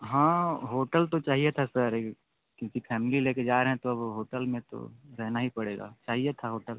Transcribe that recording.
हाँ होटल तो चाहिए था सर एक क्योंकि फ़ैमिली ले के जा रहें हैं तो वो होटल में तो रहना ही पड़ेगा चाहिए था होटल